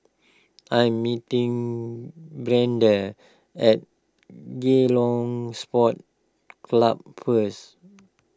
I'm meeting Brianda at Ceylon Sports Club first